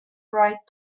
bright